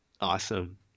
Awesome